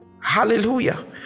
Hallelujah